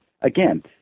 again